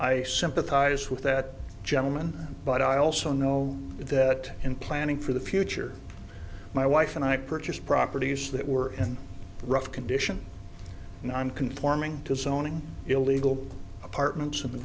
i sympathise with that gentleman but i also know that in planning for the future my wife and i purchased properties that were in rough condition and i'm conforming to zoning illegal apartments in the